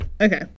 Okay